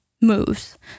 moves